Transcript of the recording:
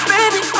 Baby